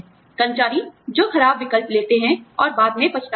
कर्मचारी जो खराब विकल्प लेते हैं और बाद में पछताते हैं